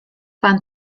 pan